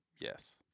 Yes